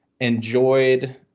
enjoyed